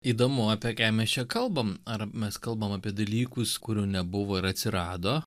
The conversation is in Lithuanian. įdomu apie ką mes čia kalbam ar mes kalbam apie dalykus kurių nebuvo ir atsirado